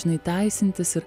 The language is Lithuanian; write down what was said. žinai teisintis ir